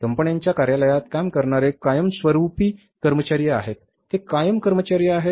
कंपन्यांच्या कार्यालयात काम करणारे कायमस्वरूपी कर्मचारी आहेत आणि ते कायम कर्मचारी आहेत